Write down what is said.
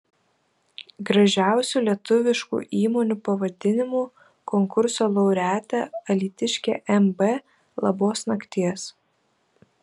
gražiausių lietuviškų įmonių pavadinimų konkurso laureatė alytiškė mb labos nakties